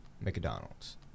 McDonald's